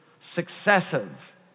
successive